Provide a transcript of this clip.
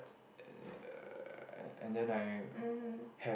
uh and then I had